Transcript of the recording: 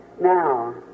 now